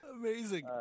Amazing